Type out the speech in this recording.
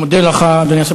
אני מודה לך, אדוני השר.